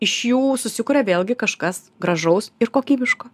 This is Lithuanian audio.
iš jų susikuria vėlgi kažkas gražaus ir kokybiško